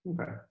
Okay